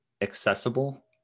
accessible